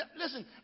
Listen